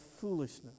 foolishness